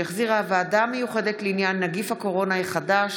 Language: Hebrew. שהחזירה הוועדה המיוחדת לעניין נגיף הקורונה החדש